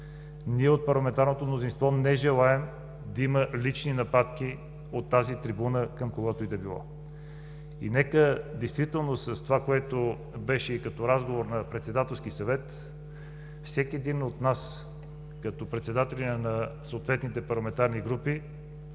Ние от парламентарното мнозинство не желаем да има лични нападки от тази трибуна към когото и да било. И нека действително с това, което беше и като разговор на Председателския съвет, всеки един от нас като председатели на съответните парламентарни групи